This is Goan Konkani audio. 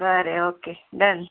बरें ओके डन